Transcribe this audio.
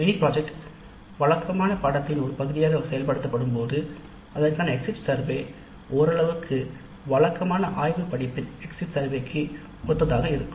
mini திட்டம் வழக்கமான படிப்பின் ஒரு பகுதியாக செயல்படுத்தப்படும் போது அதற்கான எக்ஸிட் சர்வே ஓரளவிற்கு வழக்கமான ஆய்வக படிப்பின் எக்ஸிட் சர்வேக்கு ஒத்ததாக இருக்கும்